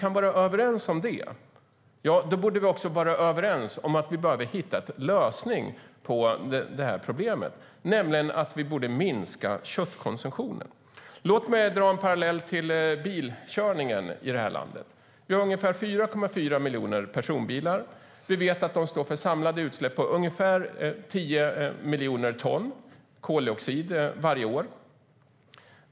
Kan vi vara överens om detta, Eskil, borde vi också kunna vara överens om att lösningen på detta problem är att minska köttkonsumtionen. Låt mig dra en parallell till bilkörningen i vårt land. Vi har ungefär 4,4 miljoner personbilar. Vi vet att de står för samlade utsläpp på ungefär tio miljoner ton koldioxid varje år.